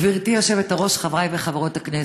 גברתי היושבת-ראש, חברי וחברות הכנסת,